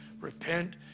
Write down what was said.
Repent